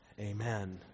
Amen